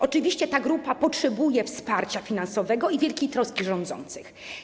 Oczywiście ta grupa potrzebuje wsparcia finansowego i wielkiej troski rządzących.